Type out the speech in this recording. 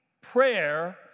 prayer